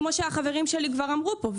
כמו שהחברים שלי כבר אמרו פה.